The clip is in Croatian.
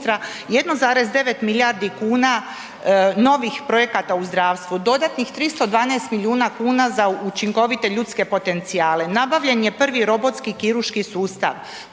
1,9 milijardi kuna novih projekata u zdravstvu, dodatnih 312 milijuna kuna za učinkovite ljudske potencijale, nabavljen je prvi robotski kirurški sustav,